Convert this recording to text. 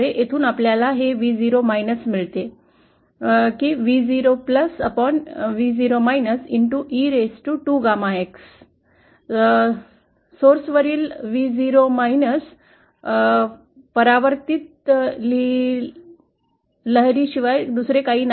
येथून आपल्याला हे Vo मिळते की Vo Vo into e raised to 2 gama x वरील स्त्रोतावरील Vo परावर्तित लहरीशिवाय काही नाही